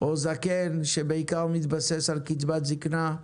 - או זקן שבעיקר מתבסס על קצבת זיקנה,